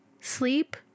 sleep